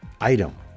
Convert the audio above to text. item